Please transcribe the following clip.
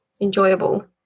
enjoyable